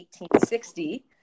1860